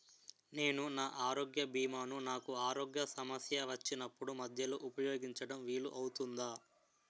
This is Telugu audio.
నేను నా ఆరోగ్య భీమా ను నాకు ఆరోగ్య సమస్య వచ్చినప్పుడు మధ్యలో ఉపయోగించడం వీలు అవుతుందా?